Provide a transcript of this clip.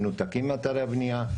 מנותקים מאתרי הבנייה,